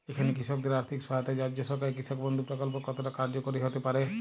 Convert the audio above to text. এখানে কৃষকদের আর্থিক সহায়তায় রাজ্য সরকারের কৃষক বন্ধু প্রক্ল্প কতটা কার্যকরী হতে পারে?